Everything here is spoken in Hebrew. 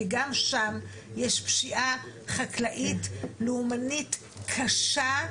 כי גם שם יש פשיעה חקלאית לאומנית קשה,